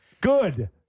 Good